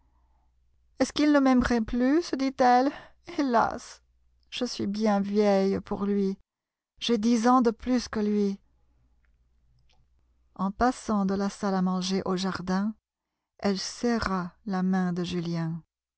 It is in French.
est-ce qu'il ne m'aimerait plus se dit-elle hélas je suis bien vieille pour lui j'ai dix ans de plus que lui en passant de la salle à manger au jardin elle serra la main de julien